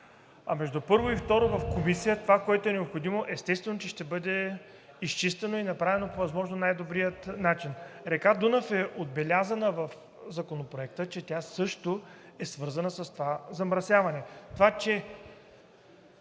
а между първо и второ в Комисия това, което е необходимо, естествено, че ще бъде изчистено и направено по възможно най-добрия начин. Река Дунав е отбелязана в Законопроекта, че тя също е свързана с това замърсяване. Това, че